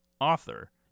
author